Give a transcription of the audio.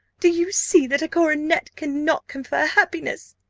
do you see that a coronet cannot confer happiness?